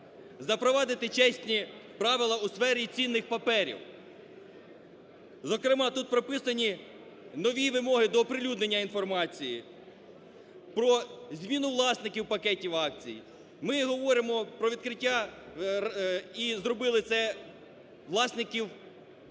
запровадити чесні правила у сфері цінних паперів. Зокрема, тут прописані нові вимоги до оприлюднення інформації про зміну власників пакетів акцій. Ми говоримо про відкриття, і зробили це, власників банків.